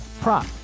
prop